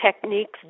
techniques